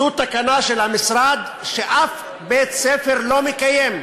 זו תקנה של המשרד ששום בית-ספר לא מקיים,